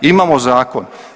Imamo zakon.